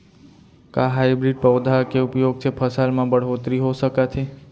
का हाइब्रिड पौधा के उपयोग से फसल म बढ़होत्तरी हो सकत हे?